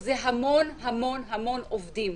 שזה המון המון המון עובדים.